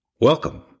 Welcome